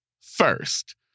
first